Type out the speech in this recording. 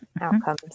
outcomes